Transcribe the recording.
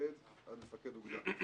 ממפקד עד מפקד אוגדה.